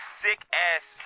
sick-ass